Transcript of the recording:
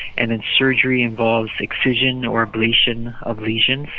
and then surgery involves excision or ablation of legions,